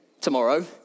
tomorrow